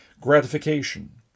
gratification